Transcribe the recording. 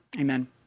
Amen